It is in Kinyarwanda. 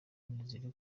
nizeye